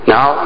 Now